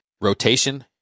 rotation